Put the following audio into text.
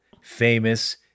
famous